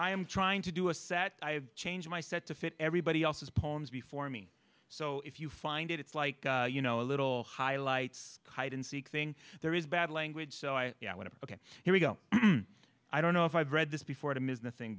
i am trying to do a set i have changed my set to fit everybody else's poems before me so if you find it it's like you know a little highlights hide and seek thing there is bad language so i want to ok here we go i don't know if i've read this before them is nothing